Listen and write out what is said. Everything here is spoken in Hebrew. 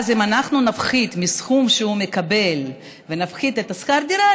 אז אם מהסכום שהוא מקבל נפחית את שכר הדירה,